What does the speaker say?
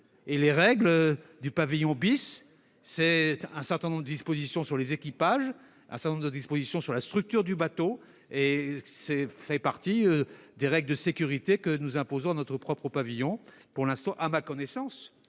Les règles du pavillon, c'est un certain nombre de dispositions sur les équipages et la structure du bateau. Cela fait partie des règles de sécurité que nous imposons à notre propre pavillon. Pour l'instant, à ma connaissance,